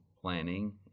planning